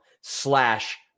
slash